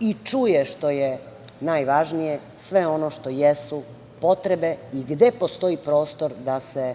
i čuje, što je najvažnije, sve ono što jesu potrebe i gde postoji prostor da se